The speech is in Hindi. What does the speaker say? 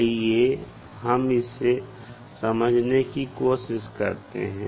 आइए हम इसे समझने की कोशिश करते हैं